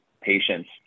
patients